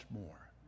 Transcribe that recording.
more